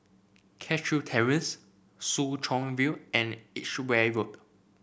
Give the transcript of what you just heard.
Cashew Terrace Soo Chow View and Edgeware Road